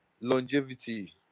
longevity